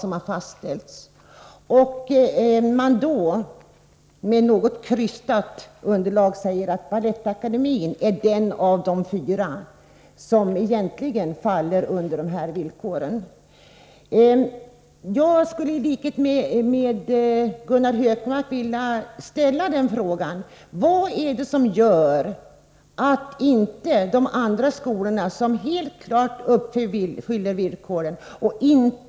Hur kan man då säga, på basis av ett något krystat underlag, att Balettakademien är den skola av de fyra skolorna som egentligen faller under de här villkoren? Tlikhet med Gunnar Hökmark skulle jag vilja fråga: Vad är det som gör att de andra skolorna, som helt klart uppfyller villkoren, inte kan få vara delaktiga avstatsbidraget?